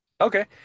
okay